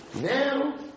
Now